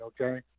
okay